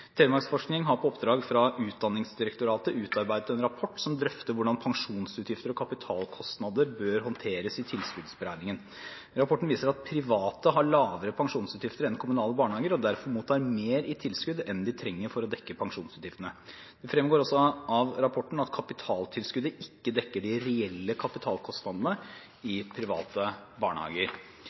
Telemarksforskning har på oppdrag fra Utdanningsdirektoratet utarbeidet en rapport som drøfter hvordan pensjonsutgifter og kapitalkostnader bør håndteres i tilskuddsberegningen. Rapporten viser at private barnehager har lavere pensjonsutgifter enn kommunale barnehager og derfor mottar mer i tilskudd enn de trenger for å dekke pensjonsutgiftene. Det fremgår også av rapporten at kapitaltilskuddet ikke dekker de reelle kapitalkostnadene i private barnehager.